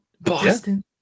Boston